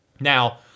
Now